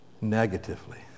negatively